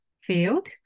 field